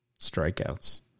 strikeouts